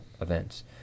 events